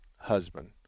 husband